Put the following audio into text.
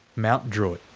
mount druitt.